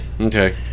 Okay